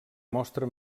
mostra